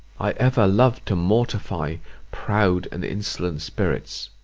i ever loved to mortify proud and insolent spirits.